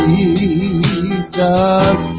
Jesus